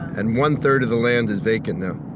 and one-third of the land is vacant now